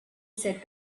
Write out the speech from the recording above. said